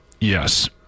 Yes